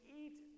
eat